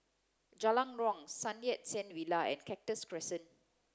Jalan Riang Sun Yat Sen Villa and Cactus Crescent